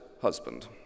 husband